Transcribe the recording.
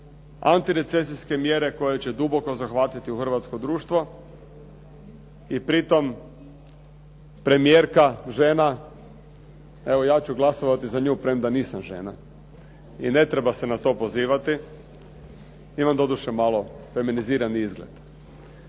antirecesijske mjere koje će duboko zahvatiti hrvatsko društvo. I pri tome premijerka žena, evo ja ću glasovati za nju premda nisam žena i ne treba se na to pozivati. Imam doduše malo feminizirani izgled.